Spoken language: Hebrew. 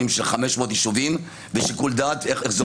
של 500 יישובים ושיקול דעת איך זה עובד.